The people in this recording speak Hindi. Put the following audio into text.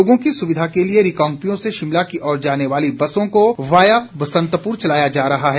लोगों की सुविधा के लिए रिकांग पिओ से शिमला की ओर जाने वाली बसों को वाया बसंतपुर चलाया जा रहा है